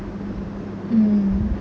mm